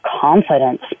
confidence